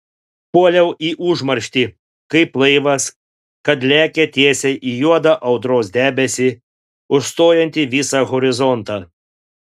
puoliau į užmarštį kaip laivas kad lekia tiesiai į juodą audros debesį užstojantį visą horizontą